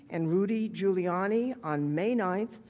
and rudy giuliani, on may nine.